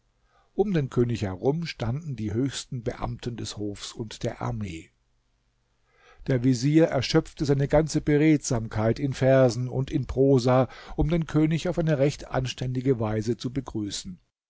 um den könig herum standen die höchsten beamten des hofs und der armee der vezier erschöpfte seine ganze beredsamkeit in versen und in prosa um den könig auf eine recht anständige weise zu begrüßen